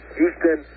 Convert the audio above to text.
Houston